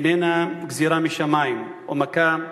איננה גזירה משמים או מכה משמים,